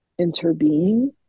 interbeing